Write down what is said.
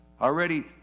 Already